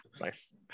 Nice